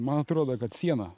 man atrodo kad siena